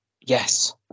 yes